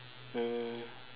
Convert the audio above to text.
mm